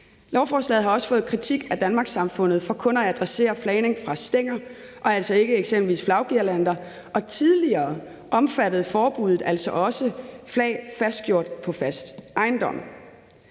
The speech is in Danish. Lovforslaget har også fået kritik af Danmarks-Samfundet for kun at adressere flagning fra stænger og altså ikke eksempelvis flagguirlander. Tidligere omfattede forbuddet altså også flag fastgjort på fast ejendom.